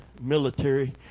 military